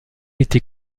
été